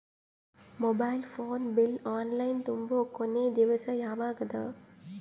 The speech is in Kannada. Mobile phone bill online ತುಂಬೊ ಕೊನಿ ದಿವಸ ಯಾವಗದ?